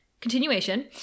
Continuation